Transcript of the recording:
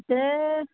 ते